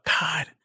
God